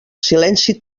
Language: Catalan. silenci